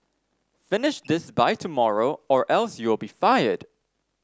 finish this by tomorrow or else you'll be fired